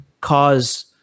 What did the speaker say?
cause